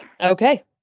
Okay